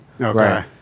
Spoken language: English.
okay